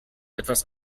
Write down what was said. etwas